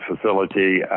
facility